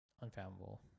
Unfathomable